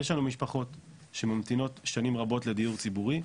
יש לנו משפחות שממתינות שנים רבות לדיור ציבורי,